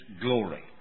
glory